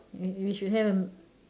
eh we should have a